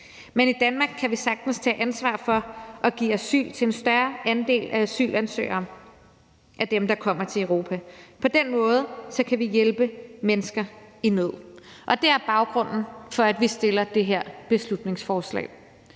Men i Danmark kan vi sagtens tage ansvar for at give asyl til en større andel af de asylansøgere, der kommer til Europa. På den måde kan vi hjælpe mennesker i nød, og det er baggrunden for, at vi fremsætter det her beslutningsforslag.